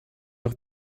auch